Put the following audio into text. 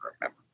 remember